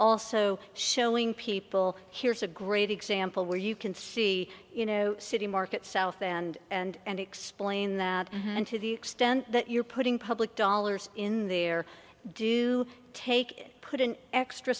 also showing people here's a great example where you can see you know city market south and explain that and to the extent that you're putting public dollars in there do take put an extra